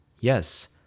Yes